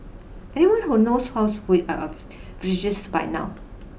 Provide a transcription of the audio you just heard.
anyone who knows house we flirtatious by now